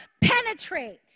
penetrate